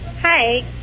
Hi